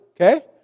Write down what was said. Okay